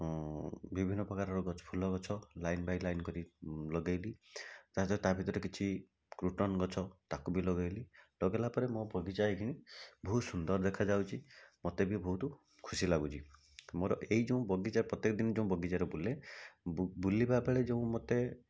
ଉଁ ବିଭିନ୍ନ ପ୍ରକାରର ଗଛ ଫୁଲଗଛ ଲାଇନ୍ ବାଏ ଲାଇନ୍ କରି ଲଗାଇଲି ତା ସହିତ ତା ଭିତରେ କିଛି କୃଟନ୍ ଗଛ ତାକୁ ବି ଲଗାଇଲି ଲଗାଇଲା ପରେ ମୋ ବଗିଚା ଏଇକ୍ଷୀଣି ବହୁତ ସୁନ୍ଦର ଦେଖାଯାଉଛି ମୋତେ ବି ବହୁତ ଖୁସି ଲାଗୁଛି ମୋର ଏଇଯେଉଁ ବଗିଚା ପ୍ରତ୍ୟେକ ଦିନ ଯେଉଁ ବଗିଚାରେ ବୁଲେ ବୁ ବୁଲିବାବେଳେ ଯେଉଁ ମୋତେ